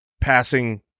passing